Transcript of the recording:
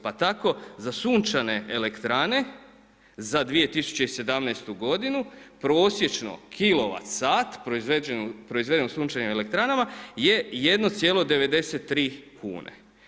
Pa tako za sunčane elektrane za 2017. godinu prosječno kilovat sat proizveden u sunčanim elektranama je 1,93 kune.